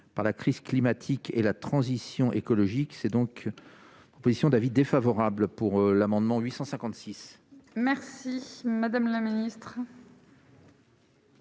par la crise climatique et la transition écologique, c'est donc en position d'avis défavorables pour l'amendement 856. Merci madame la Ministre.